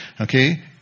okay